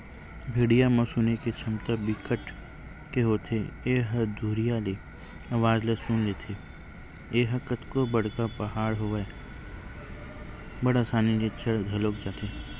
भेड़िया म सुने के छमता बिकट के होथे ए ह दुरिहा ले अवाज ल सुन लेथे, ए ह कतको बड़का पहाड़ होवय बड़ असानी ले चढ़ घलोक जाथे